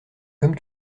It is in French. comme